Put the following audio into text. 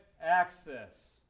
access